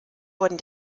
wurden